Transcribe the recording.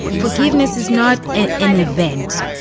forgiveness is not an an event,